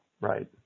Right